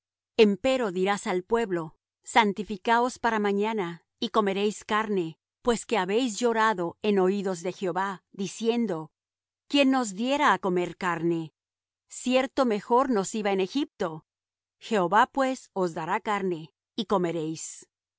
solo empero dirás al pueblo santificaos para mañana y comeréis carne pues que habéis llorado en oídos de jehová diciendo quién nos diera á comer carne cierto mejor nos iba en egipto jehová pues os dará carne y comeréis